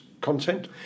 content